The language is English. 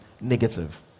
negative